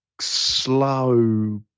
slow